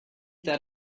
that